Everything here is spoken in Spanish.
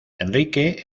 enrique